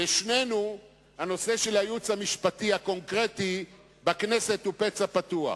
לשנינו הנושא של הייעוץ המשפטי הקונקרטי בכנסת הוא פצע פתוח,